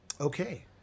Okay